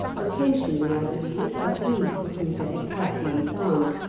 occasionally, i believe, a blue cuckoo's egg has been found,